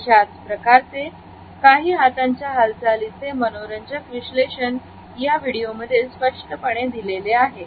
अशाच प्रकारचे काही हातांच्या हालचालीचे मनोरंजक विश्लेषण या व्हिडिओमध्ये स्पष्टपणे दिलेले आहे